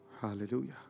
Hallelujah